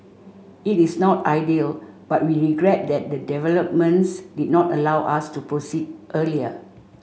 it is not ideal but we regret that the developments did not allow us to proceed earlier